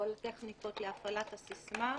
כל הטכניקות להפעלת הסיסמה,